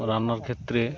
রান্নার ক্ষেত্রে